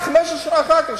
רק 15 שנה אחר כך,